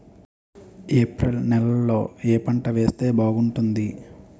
April నెలలో ఏ పంట వేస్తే బాగుంటుంది?